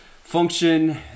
function